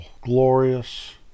glorious